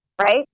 Right